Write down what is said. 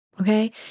Okay